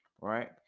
right